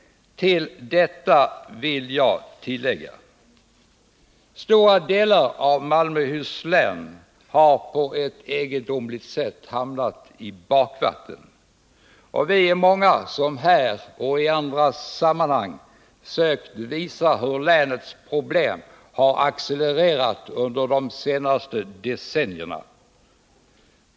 Här vill jag tillägga att stora delar av Malmöhus län på ett egendomligt sätt har hamnat i bakvatten. Vi är många som här och i andra sammanhang sökt visa hur länets problem har accelererat under de senaste decennierna.